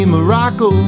Morocco